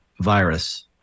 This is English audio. virus